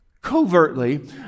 covertly